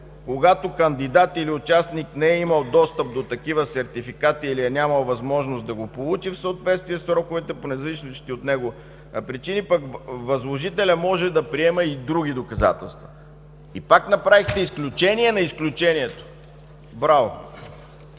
когато кандидат или участник не е имал достъп до такива сертификати или е нямал възможност да го получи в съответствие със сроковете по независещи от него причини, пък възложителят може да приеме и други доказателства. И пак направихте изключение на изключението. Браво!